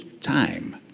time